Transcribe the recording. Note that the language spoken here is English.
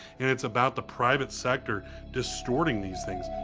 and it's about the private sector distorting these things.